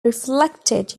reflected